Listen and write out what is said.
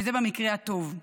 וזה במקרה הטוב.